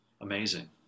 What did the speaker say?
amazing